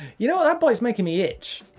you know that bike's making me itch.